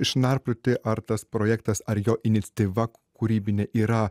išnarplioti ar tas projektas ar jo iniciatyva kūrybinė yra